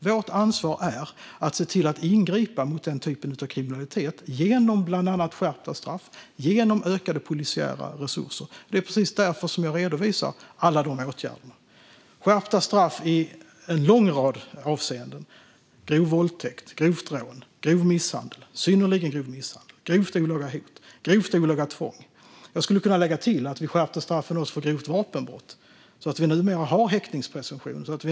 Vårt ansvar är att se till att ingripa mot den typen av kriminalitet genom bland annat skärpta straff och genom ökade polisiära resurser. Det är precis därför jag redovisar alla de åtgärderna. Det är fråga om skärpta straff i en lång rad avseenden, nämligen grov våldtäkt, grovt rån, grov misshandel, synnerligen grov misshandel, grovt olaga hot och grovt olaga tvång. Jag skulle kunna lägga till att vi skärpt straffen för grovt vapenbrott så att det numera finns häktningspresumtion.